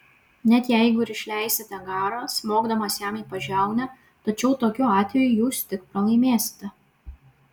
net jeigu ir išleisite garą smogdamas jam į pažiaunę tačiau tokiu atveju jūs tik pralaimėsite